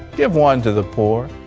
give one to the poor.